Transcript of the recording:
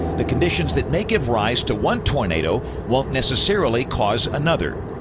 the conditions that may give rise to one tornado won't necessarily cause another.